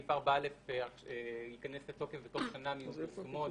סעיף 4א ייכנס לתוקף בתוך שנה מיום פרסומו,